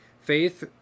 Faith